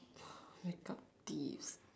make up tips